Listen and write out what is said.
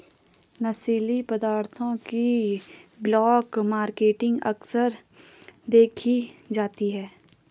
नशीली पदार्थों की ब्लैक मार्केटिंग अक्सर देखी जाती है